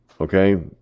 Okay